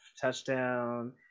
Touchdown